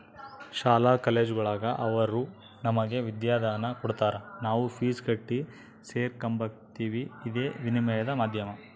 ಶಾಲಾ ಕಾಲೇಜುಗುಳಾಗ ಅವರು ನಮಗೆ ವಿದ್ಯಾದಾನ ಕೊಡತಾರ ನಾವು ಫೀಸ್ ಕಟ್ಟಿ ಸೇರಕಂಬ್ತೀವಿ ಇದೇ ವಿನಿಮಯದ ಮಾಧ್ಯಮ